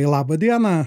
laba diena